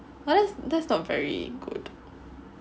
well that's that's not very good